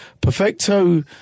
Perfecto